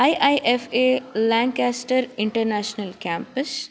I I F A lancaster international campus